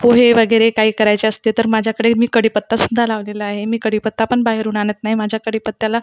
पोहे वगैरे काय करायचे असते तर माझ्याकडे मी कढीपत्तासुद्धा लावलेला आहे मी कढीपत्ता पण बाहेरून आणत नाही माझ्या कढीपत्त्याला